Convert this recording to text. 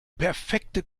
perfekte